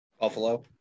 Buffalo